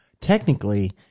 technically